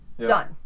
Done